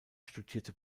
studierte